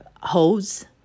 hose